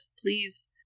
please